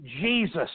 Jesus